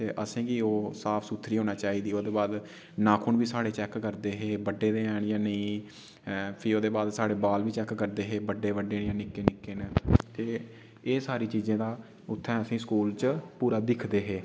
ते असें गी ओह् साफ सूथरी होनी चाहिदी ओहदे बाद नाखुन बी साढे़ चेक करदे हे बड्ढे दे हैन जां नेईं फ्ही बाल बी चेक करदे हे बड्डे बड्डे जां निक्के निक्के न ठीक एह् सारी चीज़ें दा उ'त्थें असें गी स्कूल च पूरा दिक्खदे हे